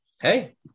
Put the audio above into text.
Hey